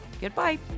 goodbye